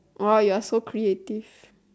!wow! you're so creative